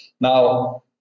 Now